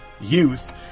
youth